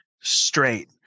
straight